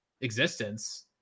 existence